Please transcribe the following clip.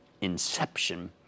inception